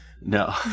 No